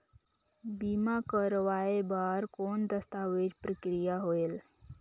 बीमा करवाय बार कौन दस्तावेज प्रक्रिया होएल?